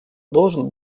должен